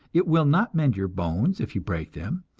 it will not mend your bones if you break them,